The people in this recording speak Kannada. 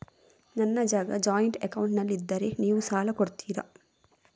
ನನ್ನ ಜಾಗ ಜಾಯಿಂಟ್ ಅಕೌಂಟ್ನಲ್ಲಿದ್ದರೆ ನೀವು ಸಾಲ ಕೊಡ್ತೀರಾ?